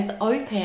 open